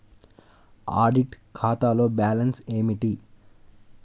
Audit ఖాతాలో balance ఏమిటీ?